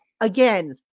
again